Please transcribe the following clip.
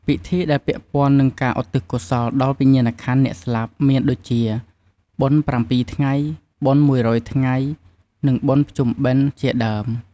ពិធីដែលពាក់ព័ន្ធនឹងការឧទ្ទិសកុសលដល់វិញ្ញាណក្ខន្ធអ្នកស្លាប់ មានដូចជា បុណ្យប្រាំពីរថ្ងែ បុណ្យមួយរយថ្ងៃ និង បុណ្យភ្ជុំបិណ្ឌ ជាដើម។